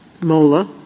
MOLA